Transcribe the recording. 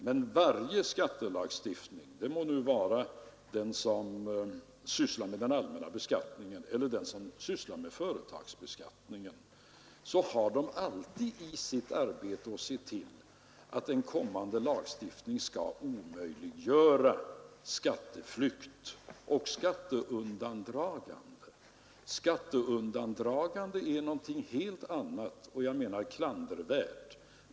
Men varje utredning om skattelagstiftning — det må vara den som sysslar med den allmänna beskattningen eller den som sysslar med företagsbeskattningen — har alltid i uppgift att se till att en kommande lag skall omöjliggöra skatteflykt och skatteundandragande. Skatteundandragande är klandervärt.